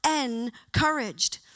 encouraged